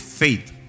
faith